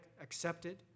accepted